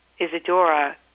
Isadora